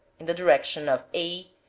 in the direction of a,